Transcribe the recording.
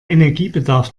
energiebedarf